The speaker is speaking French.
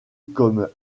comme